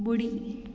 बु॒ड़ी